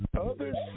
others